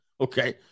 Okay